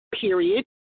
period